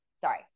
sorry